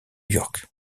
york